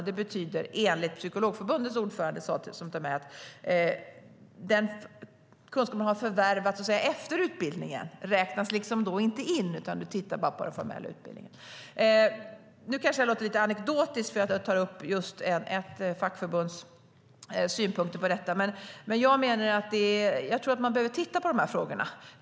Det betyder enligt Psykologförbundets ordförande att den kunskap som har förvärvats efter utbildningen inte räknas in. Man tittar bara på den formella utbildningen. Jag kanske låter lite anekdotisk när jag tar upp ett fackförbunds synpunkter på detta, men jag tror att man behöver titta på de här frågorna.